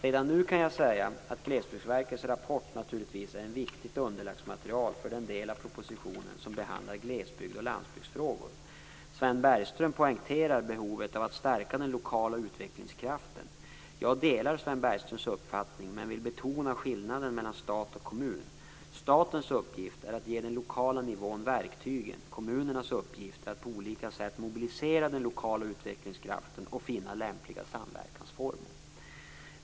Redan nu kan jag säga att Glesbygdsverkets rapport naturligtvis är ett viktigt underlagsmaterial för den del av propositionen som behandlar glesbygds och landsbygdsfrågor. Sven Bergström poängterar behovet av att stärka den lokala utvecklingskraften. Jag delar Sven Bergströms uppfattning men vill betona skillnaden mellan stat och kommun. Statens uppgift är att ge den lokala nivån verktygen, kommunernas uppgift är att på olika sätt mobilisera den lokala utvecklingskraften och finna lämpliga samverkansformer.